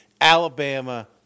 Alabama